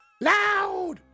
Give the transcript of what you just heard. Loud